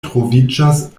troviĝas